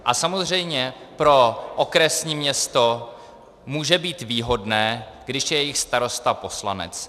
A samozřejmě pro okresní město může být výhodné, když je jejich starosta poslanec.